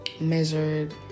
measured